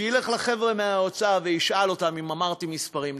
שילך לחבר'ה מהאוצר וישאל אותם אם אמרתי מספרים נכונים.